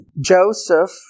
Joseph